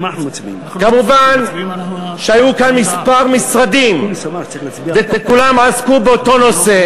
מובן שהיו כאן כמה משרדים, וכולם עסקו באותו נושא.